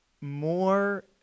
more